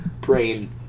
brain